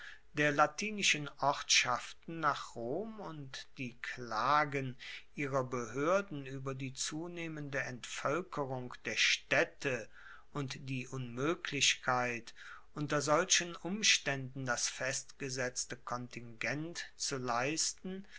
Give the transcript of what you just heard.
der latinischen ortschaften nach rom und die klagen ihrer behoerden ueber die zunehmende entvoelkerung der staedte und die unmoeglichkeit unter solchen umstaenden das festgesetzte kontingent zu leisten